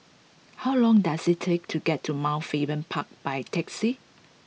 how long does it take to get to Mount Faber Park by taxi